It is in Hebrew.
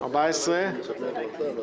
מי בעד?